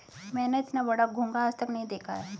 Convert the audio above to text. मैंने इतना बड़ा घोंघा आज तक नही देखा है